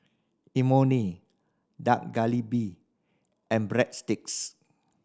Imoni Dak Galbi and Breadsticks